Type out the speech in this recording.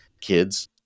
kids